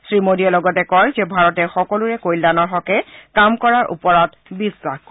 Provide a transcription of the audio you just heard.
শ্ৰীমোডীয়ে লগতে কয় যে ভাৰতে সকলোৰে কল্যাণৰ হকে কাম কৰাৰ ওপৰত বিশ্বাস কৰে